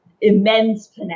immense